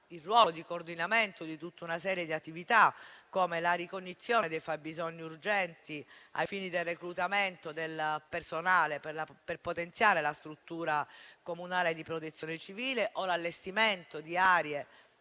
un ruolo di coordinamento di tutta una serie di attività, come la ricognizione dei fabbisogni urgenti ai fini del reclutamento del personale per potenziare la struttura comunale di protezione civile o l'allestimento di aree